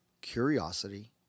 curiosity